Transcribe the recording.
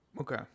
okay